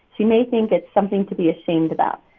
she may think it's something to be ashamed about.